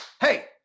hey